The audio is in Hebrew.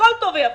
הכול טוב ויפה.